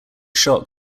shock